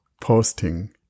posting